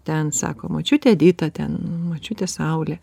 ten sako močiutė edita ten močiutė saulė